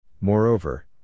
Moreover